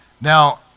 now